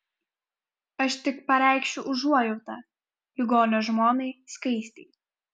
aš tik pareikšiu užuojautą ligonio žmonai skaistei